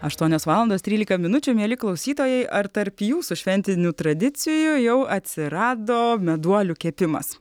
aštuonios valandos trylika minučių mieli klausytojai ar tarp jūsų šventinių tradicijų jau atsirado meduolių kepimas